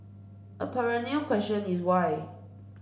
a perennial question is why